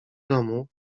domu